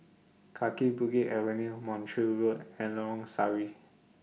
Kaki Bukit Avenue Montreal Road and Lorong Sari